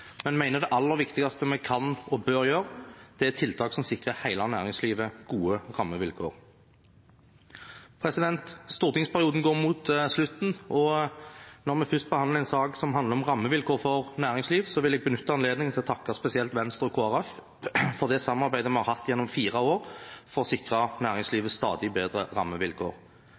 men mener det aller viktigste vi kan og bør gjøre, er å sette i verk tiltak som sikrer hele næringslivet gode rammevilkår. Stortingsperioden går mot slutten, og når vi først behandler en sak som handler om rammevilkår for næringslivet, vil jeg benytte anledningen til å takke spesielt Venstre og Kristelig Folkeparti for det samarbeidet vi har hatt gjennom fire år for å sikre næringslivet stadig bedre rammevilkår.